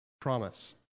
Promise